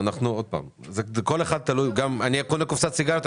אני קונה קופסת סיגריות,